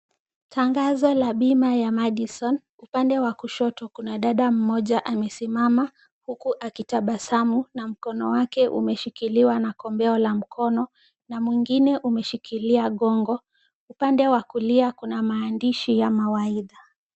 Tangazo la bima ya Madison, upande wa kushoto kuna dada mmoja amesimama, huku akitabasamu, na mkono wake umeshikiliwa na kombeo la mkono na mwingine umeshikilia gongo, upande wa kulia kuna maandishi ya mawaidha.